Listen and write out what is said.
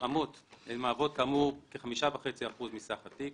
הן מהוות כ-5.5% מסך התיק.